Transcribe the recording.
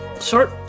short